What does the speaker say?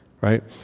right